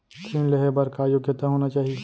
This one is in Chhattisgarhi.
ऋण लेहे बर का योग्यता होना चाही?